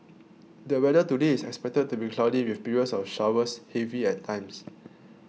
the weather today is expected to be cloudy with periods of showers heavy at times